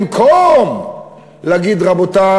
במקום להגיד: רבותי,